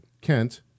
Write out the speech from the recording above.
Kent